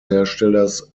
herstellers